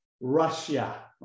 Russia